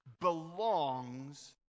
belongs